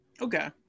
Okay